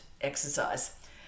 exercise